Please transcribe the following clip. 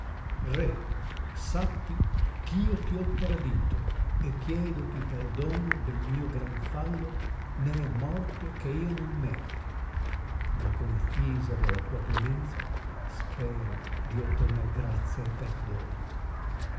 re sappi eh io ti ho tradito e chiedoti perdono del mio gran fallo né è morte che io non meriti ma confisa della tua clemenza spero di ottener grazia e perdono